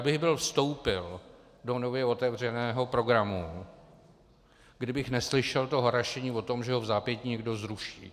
Byl bych vstoupil do nově otevřeného programu, kdybych neslyšel harašení o tom, že ho vzápětí někdo zruší.